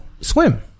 swim